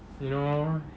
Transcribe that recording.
you know